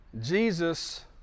Jesus